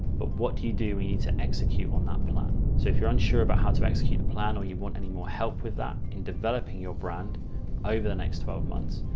but what do you do? we need to execute on that plan. so if you're unsure about how to execute the plan, or you want any more help with that in developing your brand over the next twelve months,